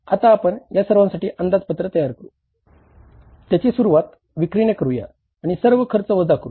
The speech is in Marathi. आता आपण या सर्वांसाठी अंदाजपत्रक तयार करू त्याची सुरुवात विक्रीने करूया आणि सर्व खर्च वजा करू